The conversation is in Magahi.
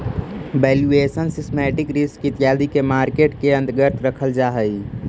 वैल्यूएशन, सिस्टमैटिक रिस्क इत्यादि के मार्केट के अंतर्गत रखल जा हई